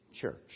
church